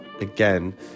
again